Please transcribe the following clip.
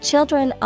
Children